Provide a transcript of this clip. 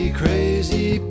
crazy